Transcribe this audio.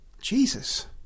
jesus